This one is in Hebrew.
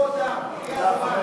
תייצגו אותם.